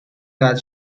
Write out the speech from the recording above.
that